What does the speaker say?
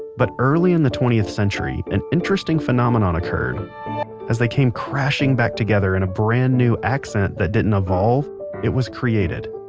but early in the twentieth century an interesting phenomenon occurred as they came crashing back together in a brand new accent that didn't evolve it was created.